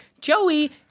Joey